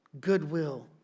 goodwill